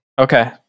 okay